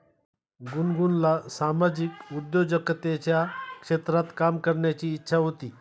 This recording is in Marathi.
गुनगुनला सामाजिक उद्योजकतेच्या क्षेत्रात काम करण्याची इच्छा होती